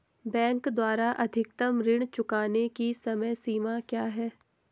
Bank द्वारा अधिकतम ऋण चुकाने की समय सीमा क्या है?